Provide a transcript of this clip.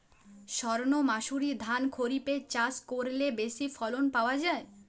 সর্ণমাসুরি ধান খরিপে চাষ করলে বেশি ফলন পাওয়া যায়?